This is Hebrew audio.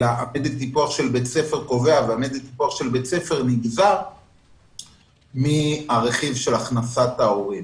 אלא המדד טיפוח של בית הספר קובע והוא נגזר מהרכיב של הכנסת ההורים.